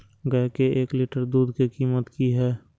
गाय के एक लीटर दूध के कीमत की हय?